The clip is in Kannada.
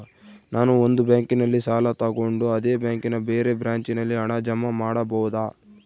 ನಾನು ಒಂದು ಬ್ಯಾಂಕಿನಲ್ಲಿ ಸಾಲ ತಗೊಂಡು ಅದೇ ಬ್ಯಾಂಕಿನ ಬೇರೆ ಬ್ರಾಂಚಿನಲ್ಲಿ ಹಣ ಜಮಾ ಮಾಡಬೋದ?